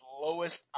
lowest